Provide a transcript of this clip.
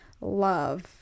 love